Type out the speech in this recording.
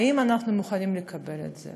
האם אנחנו מוכנים לקבל את זה?